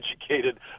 educated